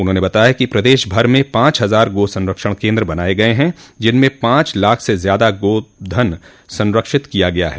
उन्होंने बताया कि प्रदेश भर में पांच हजार गोसंरक्षण केन्द्र बनाये गये हैं जिनमें पांच लाख से ज्यादा गो धन संरक्षित किया गया है